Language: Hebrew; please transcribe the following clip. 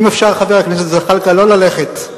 אם אפשר, חבר הכנסת זחאלקה, לא ללכת.